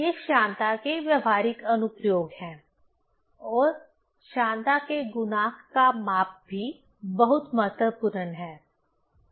ये श्यानता के व्यावहारिक अनुप्रयोग हैं और श्यानता के गुणांक का माप भी बहुत महत्वपूर्ण है